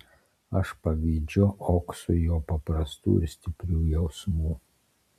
aš pavydžiu oksui jo paprastų ir stiprių jausmų